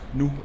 nu